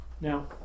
Now